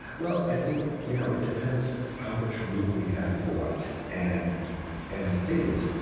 well, i think you know it depends how much room we have for what. and and the thing is,